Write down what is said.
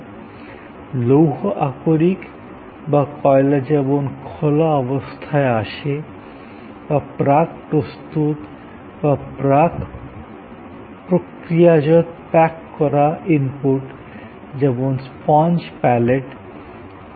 যেমন লৌহ আকরিক বা কয়লা খোলা অবস্থায় আসে বা স্পঞ্জ প্যালেট প্রাক প্রস্তূত বা প্রাক প্রক্রিয়াজাত প্যাক করা অবস্থায় আসে